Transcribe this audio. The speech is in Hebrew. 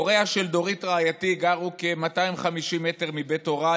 הוריה של דורית רעייתי גרו כ-250 מטר מבית הוריי,